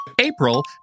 April